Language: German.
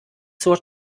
zur